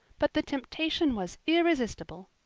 but the temptation was irresistible.